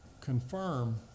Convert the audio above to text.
confirm